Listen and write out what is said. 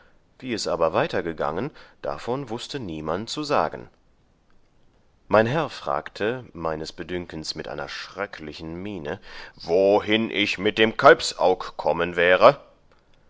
wie es aber weiter gangen davon wußte niemand zu sagen mein herr fragte meines bedünkens mit einer schröcklichen miene wohin ich mit dem kalbsaug kommen wäre